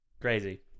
Crazy